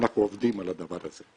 ואנחנו עובדים על הדבר הזה.